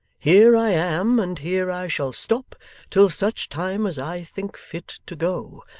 here i am and here i shall stop till such time as i think fit to go,